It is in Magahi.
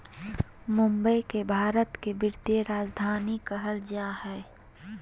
मुंबई के भारत के वित्तीय राजधानी कहल जा हइ